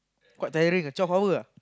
quite tiring ah twelve hour ah